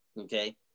okay